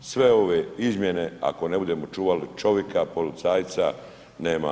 Sve one izmjene, ako ne budemo čuvali čovjeka, policajca, nema